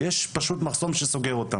יש פשוט מחסום שסוגר אותם.